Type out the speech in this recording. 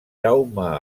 jaume